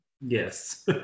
Yes